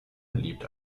beliebt